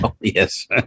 Yes